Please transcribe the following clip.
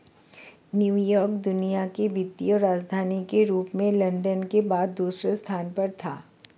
New York दुनिया की वित्तीय राजधानी के रूप में लंदन के बाद दूसरे स्थान पर था